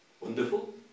wonderful